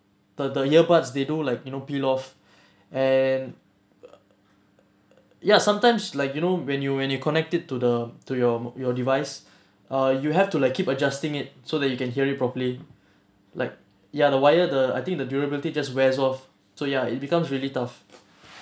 the the earbuds they do like you know peel off and ya sometimes like you know when you when you connected to the to your your device uh you have to like keep adjusting it so that you can hear it properly like ya the wire the I think the durability just wears off so ya it becomes really tough